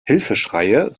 hilfeschreie